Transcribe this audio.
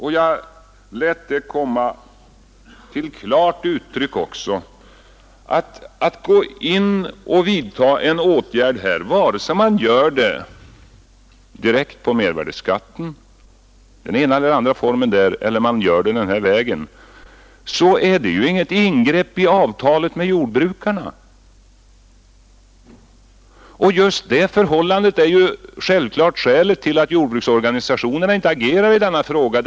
Jag gav också i mitt förra anförande klart uttryck åt att det inte är något ingrepp i jordbruksavtalet, om man nu skulle vidta en sådan åtgärd som vi här talar om, vare sig detta sker direkt genom att man inriktar sig på mervärdeskatten eller man går den andra vägen. Det är denna inställning som ligger bakom att jordbrukets organisationer inte agerar i denna fråga.